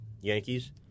Yankees